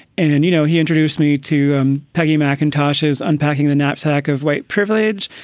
and, you know, he introduced me to um peggy macintosh's unpacking the knapsack of white privilege.